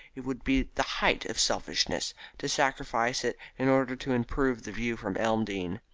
it would be the height of selfishness to sacrifice it in order to improve the view from elmdene.